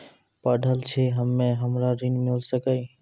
पढल छी हम्मे हमरा ऋण मिल सकई?